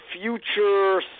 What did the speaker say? future